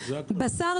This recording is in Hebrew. בשר,